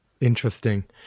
Interesting